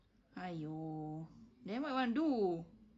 !aiyo! then what you want to do